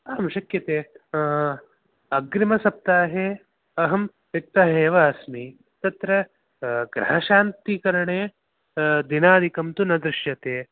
आं शक्यते अग्रिमसप्ताहे अहं रिक्तः एव अस्मि तत्र ग्रहशान्तिकरणे दिनादिकं तु न दृश्यते